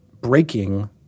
breaking